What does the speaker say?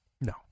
No